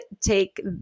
take